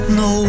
no